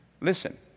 Listen